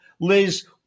Liz